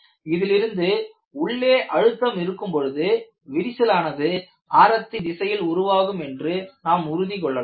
இதிலிருந்து உள்ளே அழுத்தம் இருக்கும் பொழுது விரிசலானது ஆரத்தின் திசையில் உருவாகும் என்று நாம் உறுதி கொள்ளலாம்